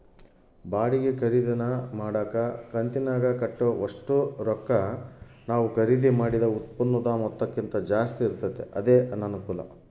ಬಾಡಿಗೆ ಖರೀದಿನ ಮಾಡಕ ಕಂತಿನಾಗ ಕಟ್ಟೋ ಒಷ್ಟು ರೊಕ್ಕ ನಾವು ಖರೀದಿ ಮಾಡಿದ ಉತ್ಪನ್ನುದ ಮೊತ್ತಕ್ಕಿಂತ ಜಾಸ್ತಿ ಇರ್ತತೆ ಅದೇ ಅನಾನುಕೂಲ